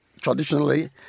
traditionally